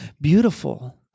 beautiful